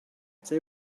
they